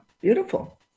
Beautiful